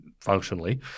functionally